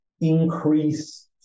increase